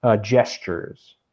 gestures